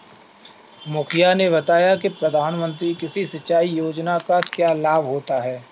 मुखिया ने बताया कि प्रधानमंत्री कृषि सिंचाई योजना का क्या लाभ है?